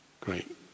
great